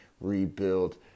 rebuild